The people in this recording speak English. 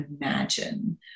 imagine